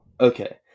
Okay